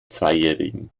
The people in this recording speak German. zweijährigen